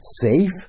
safe